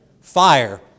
fire